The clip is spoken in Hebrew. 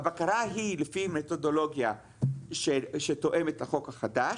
הבקרה היא לפי מתודולוגיה שתואמת את החוק החדש.